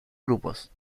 grupos